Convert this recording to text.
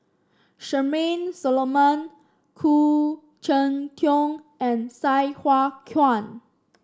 Charmaine Solomon Khoo Cheng Tiong and Sai Hua Kuan